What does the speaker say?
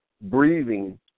breathing